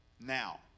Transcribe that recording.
now